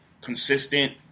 consistent